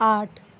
آٹھ